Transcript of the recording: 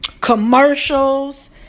commercials